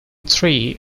three